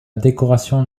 décoration